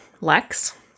Lex